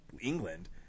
England